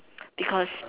because